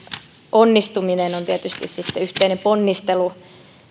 onnistuminen on on tietysti yhteinen ponnistelu